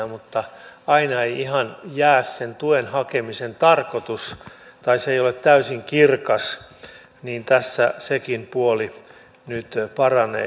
kun aina ei ihan käy selville sen tuen hakemisen tarkoitus tai se ei ole täysin kirkas niin tässä sekin puoli nyt paranee